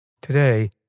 Today